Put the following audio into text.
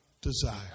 Desire